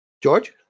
George